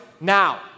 now